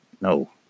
no